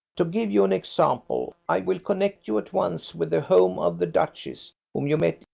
to give you an example, i will connect you at once with the home of the duchess whom you met,